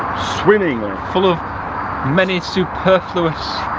swimmingly. full of many superfluous.